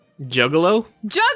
Juggalo